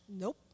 Nope